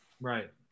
Right